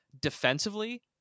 Defensively